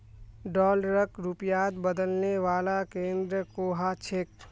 डॉलरक रुपयात बदलने वाला केंद्र कुहाँ छेक